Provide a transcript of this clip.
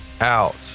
out